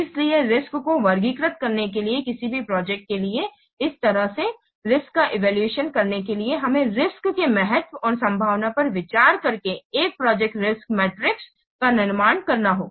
इसलिए रिस्क्स को वर्गीकृत करने के लिए किसी भी प्रोजेक्ट के लिए इस तरह से रिस्क्स का इवैल्यूएशन करने के लिए हमें रिस्क्स के महत्व और संभावना पर विचार करके एक प्रोजेक्ट रिस्क् मैट्रिक्स का निर्माण करना होगा